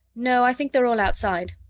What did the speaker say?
no, i think they're all outside.